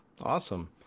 Awesome